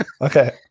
Okay